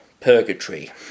purgatory